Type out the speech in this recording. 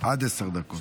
סדר-היום: